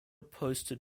posted